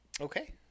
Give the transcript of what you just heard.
okay